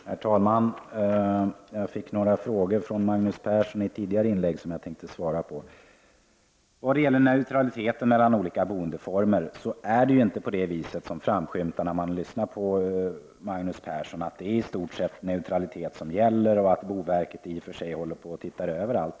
Herr talman! Jag fick i ett tidigare inlägg av Magnus Persson några frågor som jag tänkte svara på. När det gäller neutraliteten mellan olika boendeformer, så är det ju inte på det viset som det framskymtar när man lyssnar på Magnus Persson, nämligen att det i stort sett råder neutralitet och att boverket just nu ser över alla dessa frågor.